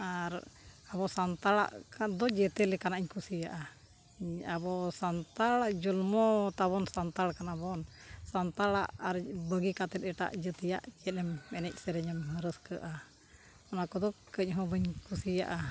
ᱟᱨ ᱟᱵᱚ ᱥᱟᱱᱛᱟᱲᱟᱜ ᱫᱚ ᱡᱚᱛᱚ ᱞᱮᱠᱟᱱᱟᱜ ᱤᱧ ᱠᱩᱥᱤᱭᱟᱜᱼᱟ ᱟᱵᱚ ᱥᱟᱱᱛᱟᱲ ᱡᱚᱱᱢᱚ ᱛᱟᱵᱚᱱ ᱥᱟᱱᱛᱟᱲ ᱠᱟᱱᱟᱵᱚᱱ ᱥᱟᱱᱛᱟᱲᱟᱜ ᱟᱨ ᱵᱟᱹᱜᱤ ᱠᱟᱛᱮ ᱮᱴᱟᱜ ᱡᱟᱹᱛᱤᱭᱟᱜ ᱪᱮᱫ ᱮᱢ ᱮᱱᱮᱡ ᱥᱮᱨᱮᱧ ᱮᱢ ᱨᱟᱹᱥᱠᱟᱹᱜᱼᱟ ᱚᱱᱟ ᱠᱚᱫᱚ ᱠᱟᱹᱡ ᱦᱚᱸ ᱵᱟᱹᱧ ᱠᱩᱥᱤᱭᱟᱜᱼᱟ